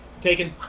Taken